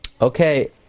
Okay